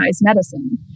medicine